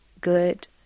good